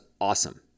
awesome